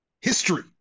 history